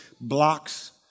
blocks